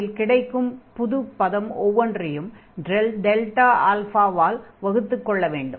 அதில் கிடைக்கும் புதுப் பதம் ஒவ்வொன்றையும் டெல்டா ஆல்ஃபாவால் Δα வகுத்துக் கொள்ள வேண்டும்